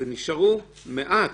ונשארו מעט.